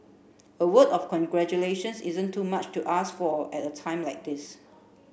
a word of congratulations isn't too much to ask for at a time like this